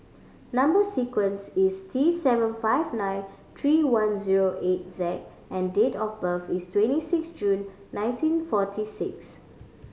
number sequence is T seven five nine three one zero eight Z and date of birth is twenty six June nineteen forty six